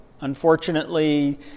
unfortunately